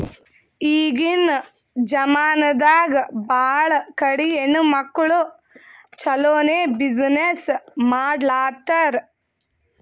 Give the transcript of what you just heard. ಈಗಿನ್ ಜಮಾನಾದಾಗ್ ಭಾಳ ಕಡಿ ಹೆಣ್ಮಕ್ಕುಳ್ ಛಲೋನೆ ಬಿಸಿನ್ನೆಸ್ ಮಾಡ್ಲಾತಾರ್